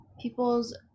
people's